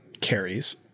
carries